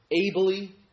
ably